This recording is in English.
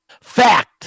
Fact